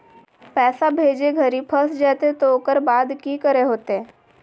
पैसा भेजे घरी फस जयते तो ओकर बाद की करे होते?